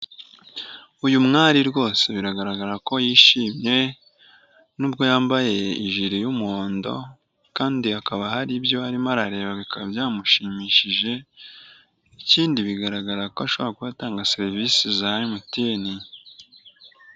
Uyu mwari rwose biragaragara ko yishimye, nubwo yambaye ijiri y'umuhondo, kandi hakaba hari ibyo arimo arareba, bikaba byamushimishije, ikindi bigaragara ko ashobora kuba atanga serivisi za emutiyeni.